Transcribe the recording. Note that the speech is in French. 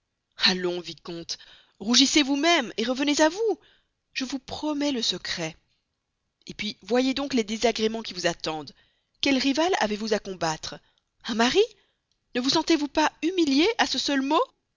allons vicomte rougissez vous-même revenez à vous je vous promets le secret et puis voyez donc les désagréments qui vous attendent quel rival avez-vous à combattre un mari ne vous sentez-vous pas humilié à ce seul mot